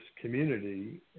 community